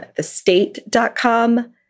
TheState.com